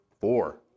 four